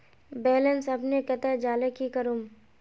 Balance अपने कते जाले की करूम?